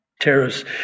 Terrorists